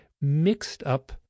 mixed-up